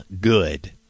good